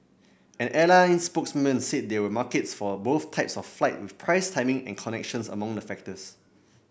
an airline spokesman said there were markets for both types of flights with price timing and connections among the factors